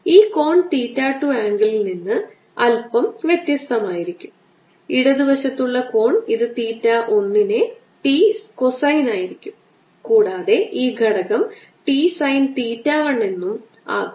ഈ കോൺ തീറ്റ 2 ആംഗിളിൽ നിന്ന് അല്പം വ്യത്യസ്തമായിരിക്കും ഇടത് വശത്തുള്ള കോൺ ഇത് തീറ്റ 1 ന്റെ T കോസൈൻ ആയിരിക്കും കൂടാതെ ഈ ഘടകം T സൈൻ തീറ്റ 1 എന്നും ആകും